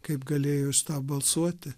kaip galėjai už tą balsuoti